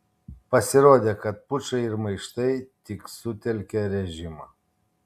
pasirodė kad pučai ir maištai tik sutelkia režimą